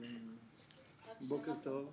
בוקר טוב,